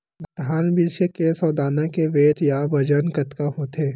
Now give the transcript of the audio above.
धान बीज के सौ दाना के वेट या बजन कतके होथे?